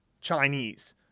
Chinese